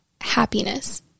happiness